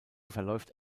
verläuft